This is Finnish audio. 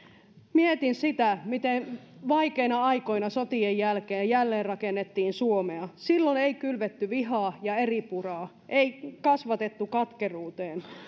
mietin sitä miten vaikeina aikoina sotien jälkeen jälleenrakennettiin suomea silloin ei kylvetty vihaa ja eripuraa ei kasvatettu katkeruuteen